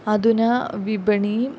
अधुना विपणी